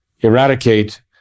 eradicate